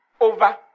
over